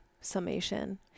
summation